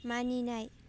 मानिनाय